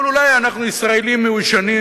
אבל אולי אנחנו ישראלים מיושנים,